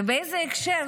ובאיזה הקשר.